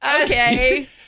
Okay